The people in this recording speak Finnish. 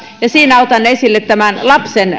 ja siinä otan esille lapsen